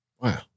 Wow